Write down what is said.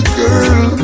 girl